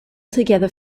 together